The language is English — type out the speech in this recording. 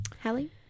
Hallie